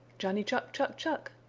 johnny chuck, chuck, chuck!